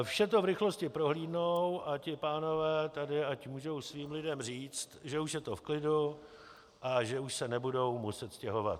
Vše to v rychlosti prohlídnou a ti pánové tady ať můžou svým lidem říct, že už je to v klidu a že už se nebudou muset stěhovat.